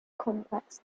complex